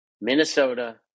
Minnesota